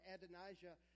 Adonijah